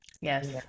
yes